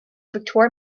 victoria